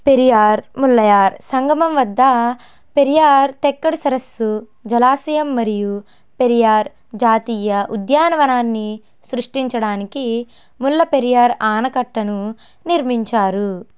పెరియార్ ముల్లయార్ సంగమం వద్ద పెరియార్ తెక్కడ సరస్సు జలాశయం మరియు పెరియార్ జాతీయ ఉద్యానవనాన్ని సృష్టించడానికి ముల్ల పెరియార్ ఆనకట్టను నిర్మించారు